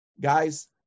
Guys